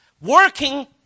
working